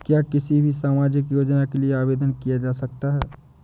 क्या किसी भी सामाजिक योजना के लिए आवेदन किया जा सकता है?